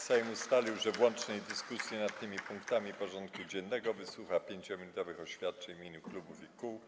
Sejm ustalił, że w łącznej dyskusji nad tymi punktami porządku dziennego wysłucha 5-minutowych oświadczeń w imieniu klubów i kół.